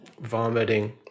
vomiting